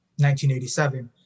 1987